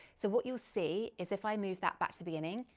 so what you'll see is if i move that back to the beginning,